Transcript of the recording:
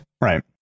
Right